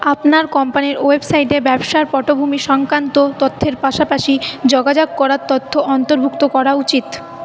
আপনার কম্পানির ওয়েবসাইটে ব্যবসার পটভূমি সংক্রান্ত তথ্যের পাশাপাশি যোগাযোগ করার তথ্য অন্তর্ভুক্ত করা উচিত